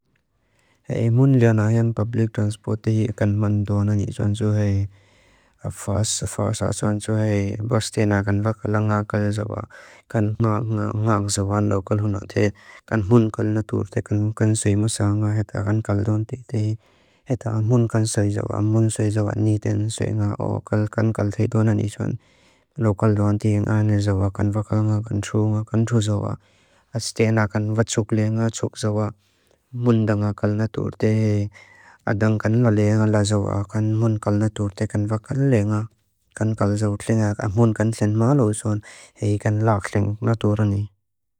Ae mun leana ayan pablik transporti kan man duanani chuan tsuhae afas afasa chuan tsuhae bas tena kan vakala nga kala jawa kan maag maag jawaan lokal huna te kan mun kal na tur te kan sui musa nga heta kan kal duanti te heta amun kan sui jawa amun sui jawa ni ten sui nga o kal kan kal thei duanani chuan lokal duanti inga ayan jawa kan vakala nga kan tru nga kan tru jawa as tena kan vatsuk leana chuk jawa mun danga kal na tur te hei adang kan lo leana la jawa kan mun kal na tur te kan vakala leana kan kal jawa tleana amun kan ten maa loosuan hei kan laak ling na turani